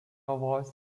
vos